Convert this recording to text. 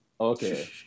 okay